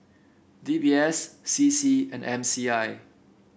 D B S C C and M C I